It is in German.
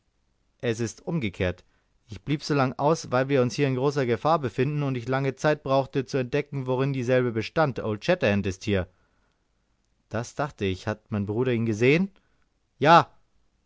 es ist umgekehrt ich blieb so lange aus weil wir uns hier in großer gefahr befinden und ich lange zeit brauchte zu entdecken worin dieselbe besteht old shatterhand ist hier das dachte ich hat mein bruder ihn gesehen ja